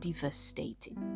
devastating